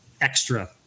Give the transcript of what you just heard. extra